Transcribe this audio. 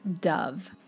Dove